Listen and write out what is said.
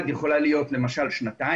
בוא ננסה להתמקד בעניין שלשמו התכנסו כאן היום.